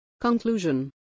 Conclusion